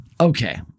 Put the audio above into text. Okay